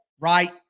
right